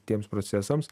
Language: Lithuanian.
tiems procesams